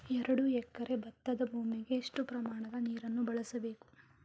ಎರಡು ಎಕರೆ ಭತ್ತದ ಭೂಮಿಗೆ ಎಷ್ಟು ಪ್ರಮಾಣದ ನೀರನ್ನು ಬಳಸಬೇಕು?